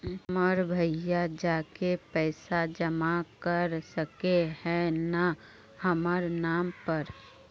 हमर भैया जाके पैसा जमा कर सके है न हमर नाम पर?